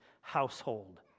household